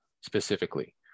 specifically